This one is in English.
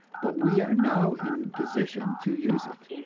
but we are now in position to use it.